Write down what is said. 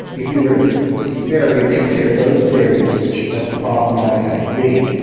if we were to be fair we would compare those theories which are problematic i agree,